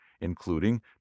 including